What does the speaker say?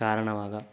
കാരണമാകാം